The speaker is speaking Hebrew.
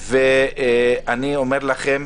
אני אומר לכם,